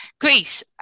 Greece